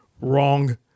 Wrong